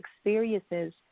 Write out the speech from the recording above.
experiences